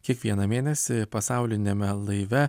kiekvieną mėnesį pasauliniame laive